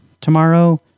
tomorrow